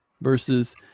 versus